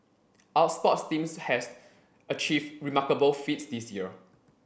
our sports teams has achieved remarkable feats this year